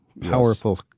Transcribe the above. powerful